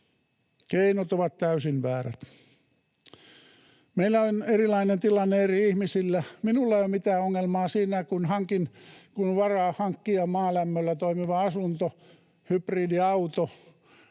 keinot ovat täysin väärät. Meillä on erilainen tilanne eri ihmisillä. Minulla ei ole mitään ongelmaa siinä, kun on varaa hankkia maalämmöllä toimiva asunto, hybridiauto